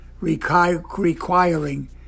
requiring